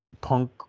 Punk